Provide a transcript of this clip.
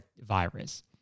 virus